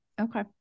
Okay